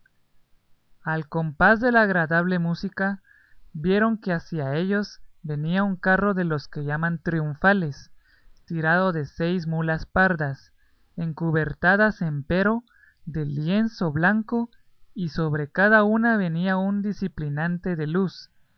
al compás de la agradable música vieron que hacia ellos venía un carro de los que llaman triunfales tirado de seis mulas pardas encubertadas empero de lienzo blanco y sobre cada una venía un diciplinante de luz